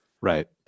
Right